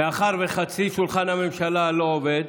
מאחר שחצי שולחן הממשלה לא עובד,